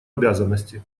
обязанности